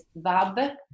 VAB